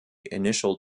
initial